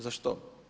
Za što?